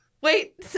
Wait